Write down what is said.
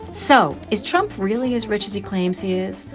so is trump really is rich as he claims he is?